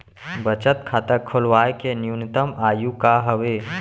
बचत खाता खोलवाय के न्यूनतम आयु का हवे?